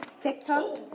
TikTok